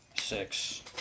Six